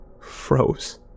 froze